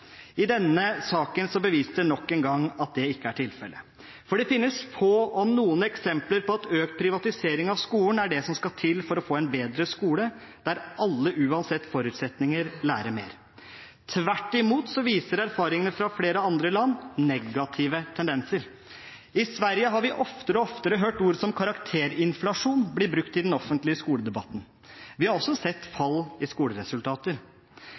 I denne saken beviser de nok engang at det ikke er tilfellet, for det finnes få, om noen, eksempler på at økt privatisering av skolen er det som skal til for å få en bedre skole, der alle, uansett forutsetninger, lærer mer. Tvert imot viser erfaringene fra flere andre land negative tendenser. I Sverige har vi oftere og oftere hørt ord som «karakterinflasjon» bli brukt i den offentlige skoledebatten. Vi har også sett fall i skoleresultater.